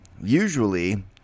usually